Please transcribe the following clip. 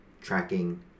Tracking